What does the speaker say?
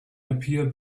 appear